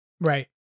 Right